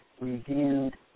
reviewed